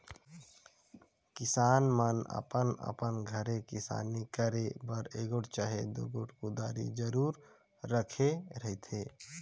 किसान मन अपन अपन घरे किसानी करे बर एगोट चहे दुगोट कुदारी जरूर राखे रहथे